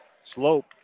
Slope